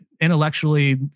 intellectually